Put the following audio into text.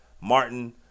Martin